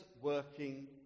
working